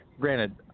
Granted